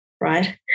right